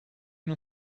non